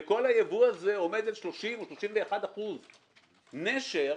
וכל היבוא הזה עומד על 30% או על 31%. 32%. "נשר",